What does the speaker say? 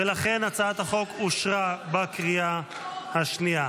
התקבלו, ולכן הצעת החוק אושרה בקריאה השנייה.